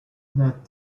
that